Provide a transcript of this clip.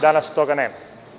Danas toga nema.